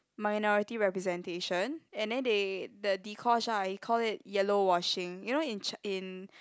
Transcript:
minority representation and then they the Dee-Kosh ah he call it yellow washing you know in ch~ in